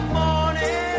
morning